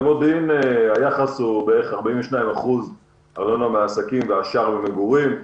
במודיעין היחס הוא בערך 42% ארנונה מעסקים והשאר ממגורים.